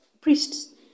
priests